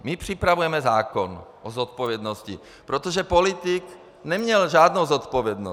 My připravujeme zákon o zodpovědnosti, protože politik neměl žádnou zodpovědnost.